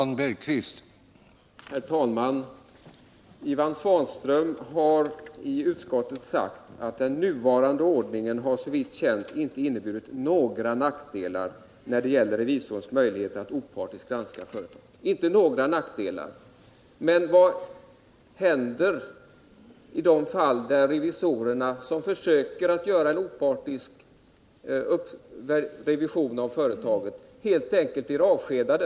Herr talman! Ivan Svanström har i utskottet sagt att den nuvarande ordningen såvitt känt inte har inneburit några nackdelar när det gäller revisorns möjlighet att opartiskt granska företaget. Men hur är det i de fall där revisorer som försöker att göra en opartisk revision av företag helt enkelt blir avskedade?